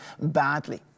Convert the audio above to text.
badly